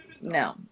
No